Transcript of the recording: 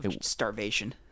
starvation